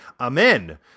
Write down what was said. Amen